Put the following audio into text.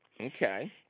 Okay